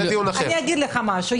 אני אגיד לך משהו.